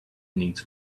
needs